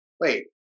wait